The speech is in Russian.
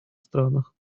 странах